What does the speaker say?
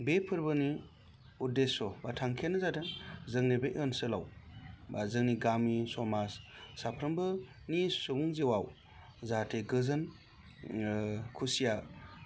बे फोरबोनि उद्दिस बा थांखियानो जादों जोंनि बे ओनसोलाव बा जोंनि गामि समाज साफ्रोमबोनि सुबुं जिउआव जाहाते गोजोन खुसिया